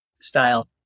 style